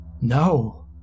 No